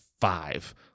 five